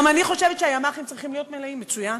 גם אני חושבת שהימ"חים צריכים להיות מלאים, מצוין,